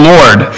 Lord